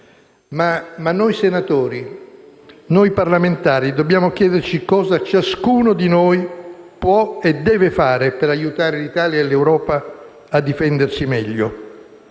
ma noi senatori, noi parlamentari dobbiamo chiederci cosa ciascuno di noi può e deve fare per aiutare l'Italia e l'Europa a difendersi meglio.